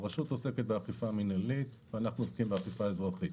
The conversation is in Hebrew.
הרשות עוסקת באכיפה מינהלית ואנחנו עוסקים באכיפה אזרחית.